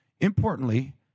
Importantly